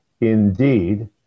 Indeed